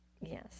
Yes